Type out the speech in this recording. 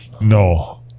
No